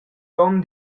ton